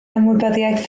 ymwybyddiaeth